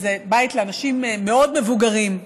וזה בית לאנשים מאוד מבוגרים,